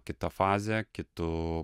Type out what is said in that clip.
kita faze kitu